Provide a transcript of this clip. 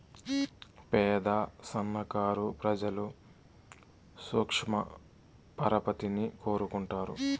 పేద సన్నకారు ప్రజలు సూక్ష్మ పరపతిని కోరుకుంటారు